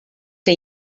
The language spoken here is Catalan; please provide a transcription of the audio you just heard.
que